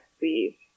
please